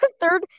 Third